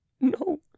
No